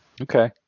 Okay